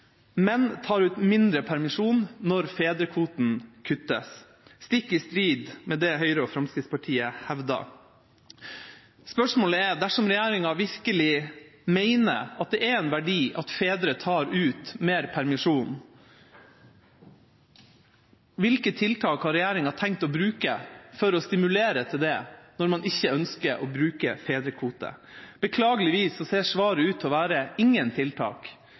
tar ut mindre permisjon når fedrekvoten kuttes, stikk i strid med det Høyre og Fremskrittspartiet hevdet. Spørsmålet er: Dersom regjeringa virkelig mener at det er en verdi at fedre tar ut mer permisjon, hvilke tiltak har regjeringa tenkt å bruke for å stimulere til det, når man ikke ønsker å bruke fedrekvote? Beklageligvis ser svaret ut til å være ingen tiltak. Regjeringa har vist at de ikke har tro på politiske tiltak.